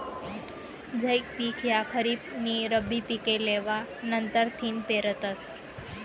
झैद पिक ह्या खरीप नी रब्बी पिके लेवा नंतरथिन पेरतस